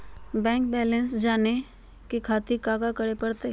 Bank balance जाने खातिर काका करे पड़तई?